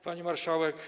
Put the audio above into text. Pani Marszałek!